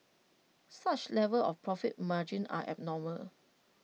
such levels of profit margin are abnormal